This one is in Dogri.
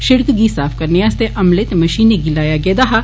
सिड़क गी साफ करने आस्तै अमले ते मशीने गी लाया गेदा हा